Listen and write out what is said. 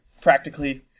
practically